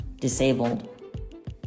disabled